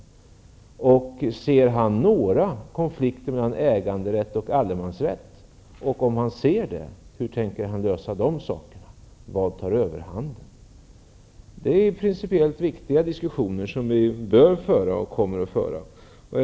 Och ser Ivar Virgin någon konflikt mellan äganderätten och allemansrätten? Om svaret är ja undrar jag hur han tänker åstadkomma en lösning. Vad tar överhand? Sådana principiellt viktiga diskussioner bör vi föra, och vi kommer också att göra det.